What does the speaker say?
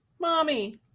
mommy